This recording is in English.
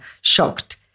shocked